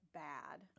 bad